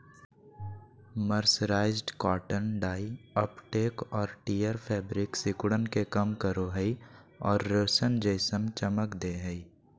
mercerised cotton dye uptake आरो tear fabric सिकुड़न के कम करो हई आरो रेशम जैसन चमक दे हई